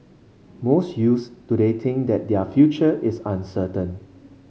most youths today think that their future is uncertain